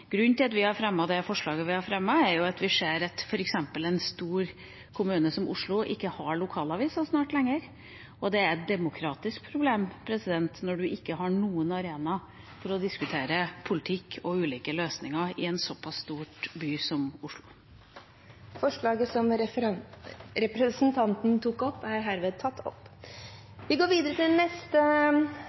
Grunnen til at vi har fremmet det forslaget vi har fremmet, er at vi ser at f.eks. en stor kommune som Oslo snart ikke har lokalaviser lenger. Det er et demokratisk problem når man ikke har noen arenaer for å diskutere politikk og ulike løsninger i en såpass stor by som Oslo. Representanten Trine Skei Grande har tatt opp det forslaget hun refererte til.